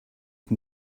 can